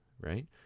right